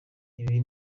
ibi